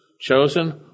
chosen